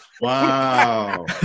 Wow